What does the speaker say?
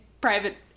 private